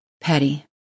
petty